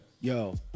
Yo